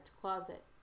closet